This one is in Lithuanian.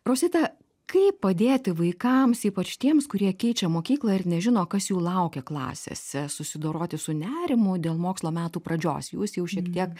rosita kaip padėti vaikams ypač tiems kurie keičia mokyklą ir nežino kas jų laukia klasėse susidoroti su nerimu dėl mokslo metų pradžios jūs jau šiek tiek